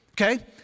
Okay